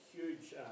huge